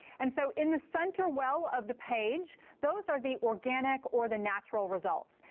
and so in the center well of the page, those are the organic or the natural results.